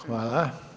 Hvala.